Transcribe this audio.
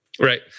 Right